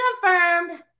confirmed